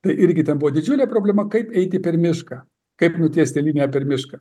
tai irgi ten buvo didžiulė problema kaip eiti per mišką kaip nutiesti liniją per mišką